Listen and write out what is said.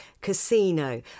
Casino